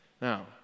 Now